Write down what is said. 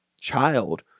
child